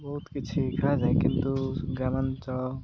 ବହୁତ କିଛି ଖେଳା ଯାଏ କିନ୍ତୁ ଗ୍ରାମାଞ୍ଚଳ